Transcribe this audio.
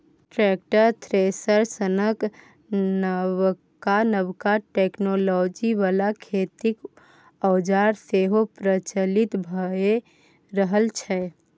tractor, thresher सनक नबका नबका टेक्नोलॉजी बला खेतीक औजार सेहो प्रचलित भए रहल छै